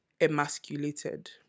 emasculated